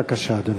בבקשה, אדוני.